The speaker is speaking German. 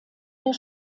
der